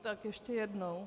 Tak ještě jednou.